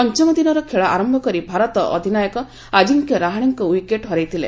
ପଞ୍ଚମ ଦିନର ଖେଳ ଆରମ୍ଭ କରି ଭାରତ ଅଧିନାୟକ ଆଜିଙ୍କ୍ୟ ରାହାଣେଙ୍କ ୱିକେଟ୍ ହରାଇଥିଲା